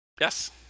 Yes